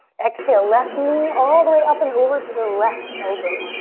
exhale, left knee all the way up and over to the left elbow.